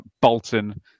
Bolton